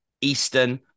Eastern